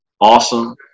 awesome